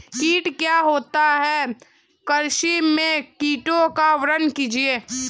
कीट क्या होता है कृषि में कीटों का वर्णन कीजिए?